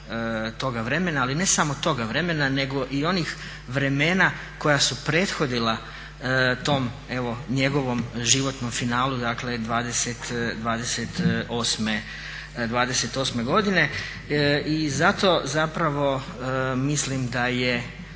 toga vremena, ali ne samo toga vremena nego i onih vremena koja su prethodila tom njegovom životnom finalu '28.godine i zato mislim da je